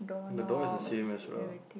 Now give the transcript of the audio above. the door is the same as well